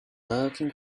lurking